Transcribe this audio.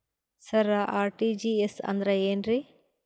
ಸರ RTGS ಅಂದ್ರ ಏನ್ರೀ?